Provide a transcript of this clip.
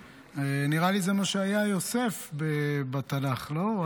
נראה לי שזה מה שהיה יוסף בתנ"ך, לא?